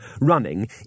running